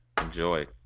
Enjoy